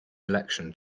election